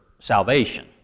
salvation